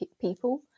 people